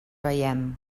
veiem